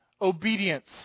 obedience